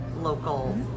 local